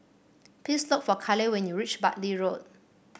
please look for Kaleigh when you reach Bartley Road